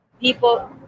people